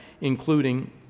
including